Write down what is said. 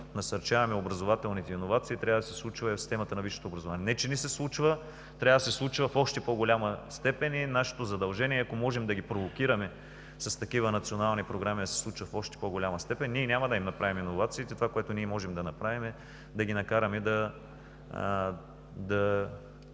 насърчаваме образователните иновации, трябва да се случва и в системата на висшето образование. Не че не се случва, но трябва да се случва в още по-голяма степен и нашето задължение е, ако можем да ги провокираме с такива национални програми, да се случват в още по-голяма степен. Ние няма да им направим иновациите. Това, което можем да направим, е да ги накараме да